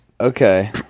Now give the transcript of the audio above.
Okay